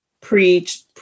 preach